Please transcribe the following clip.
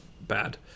bad